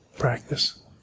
Practice